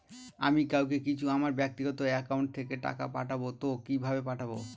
আমি কাউকে কিছু আমার ব্যাক্তিগত একাউন্ট থেকে টাকা পাঠাবো তো কিভাবে পাঠাবো?